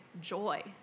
joy